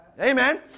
Amen